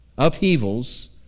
upheavals